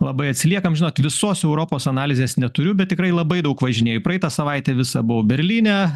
labai atsiliekam žinot visos europos analizės neturiu bet tikrai labai daug važinėju praeitą savaitę visą buvau berlyne